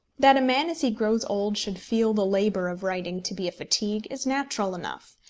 that a man as he grows old should feel the labour of writing to be a fatigue is natural enough.